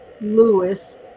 Lewis